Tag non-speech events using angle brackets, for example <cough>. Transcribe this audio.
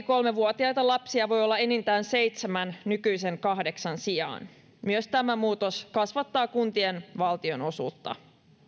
<unintelligible> kolmevuotiaita lapsia enintään seitsemän nykyisen kahdeksan sijaan myös tämä muutos kasvattaa kuntien valtionosuutta